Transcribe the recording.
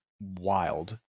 wild